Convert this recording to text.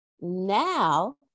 now